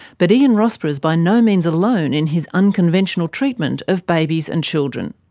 but ian rossborough is by no means alone in his unconventional treatment of babies and children.